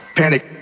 panic